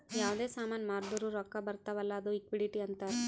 ಯಾವ್ದೇ ಸಾಮಾನ್ ಮಾರ್ದುರ್ ರೊಕ್ಕಾ ಬರ್ತಾವ್ ಅಲ್ಲ ಅದು ಲಿಕ್ವಿಡಿಟಿ ಅಂತಾರ್